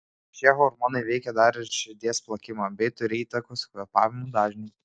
šie hormonai veikia dar ir širdies plakimą bei turi įtakos kvėpavimo dažniui